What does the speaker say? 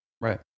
Right